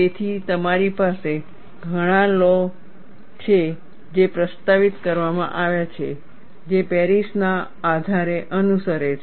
તેથી તમારી પાસે ઘણા લૉ ઓ છે જે પ્રસ્તાવિત કરવામાં આવ્યા છે જે પેરિસના આધારે અનુસરે છે